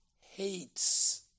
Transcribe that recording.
hates